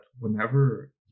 whenever